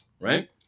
right